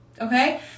Okay